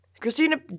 Christina